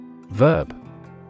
Verb